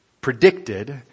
predicted